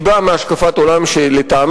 היא באה מהשקפת עולם טורבו-קפיטליסטית,